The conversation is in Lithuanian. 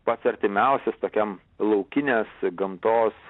pats artimiausias tokiam laukinės gamtos